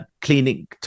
cleaning